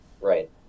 Right